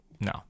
no